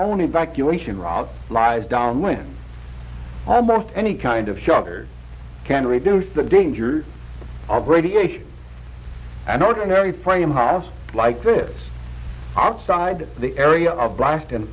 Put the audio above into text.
own evacuation routes lies down when almost any kind of shelter can reduce the dangers of radiation an ordinary frame house like this outside the area of blast and